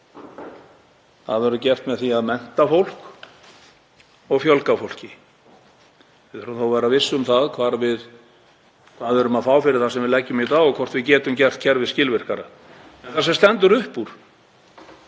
Það verður gert með því að mennta fólk og fjölga fólki. Við þurfum þó að vera viss um það hvað við erum að fá fyrir það sem við leggjum í þetta og hvort við getum gert kerfið skilvirkara. Það sem stendur upp úr,